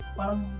parang